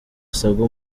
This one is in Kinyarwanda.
asabwa